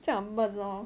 这样很闷 lor